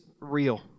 real